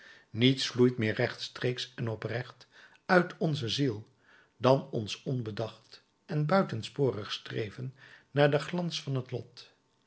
niets vloeit meer rechtstreeks en oprecht uit onze ziel dan ons onbedacht en buitensporig streven naar den glans van het lot